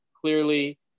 clearly